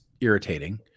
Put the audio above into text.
irritating